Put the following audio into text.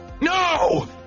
No